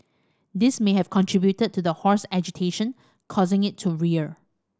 this may have contributed to the horse's agitation causing it to rear